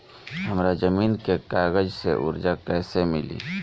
हमरा जमीन के कागज से कर्जा कैसे मिली?